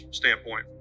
standpoint